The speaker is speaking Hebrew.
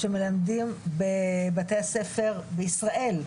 שמלמדים בבתי הספר בישראל,